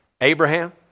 Abraham